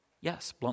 yes